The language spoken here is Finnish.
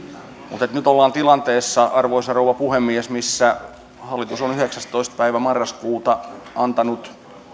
mutta nyt ollaan tilanteessa arvoisa rouva puhemies missä hallitus on yhdeksästoista päivä marraskuuta